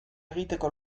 egiteko